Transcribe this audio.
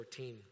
14